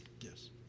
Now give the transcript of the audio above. Yes